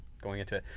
going into it,